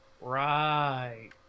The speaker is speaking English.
Right